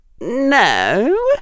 No